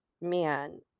man